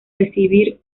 recibir